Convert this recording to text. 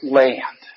land